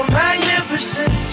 magnificent